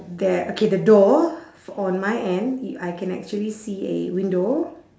there okay the door f~ on my end I can actually see a window